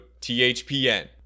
THPN